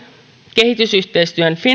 kehitysyhteistyön